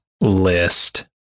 list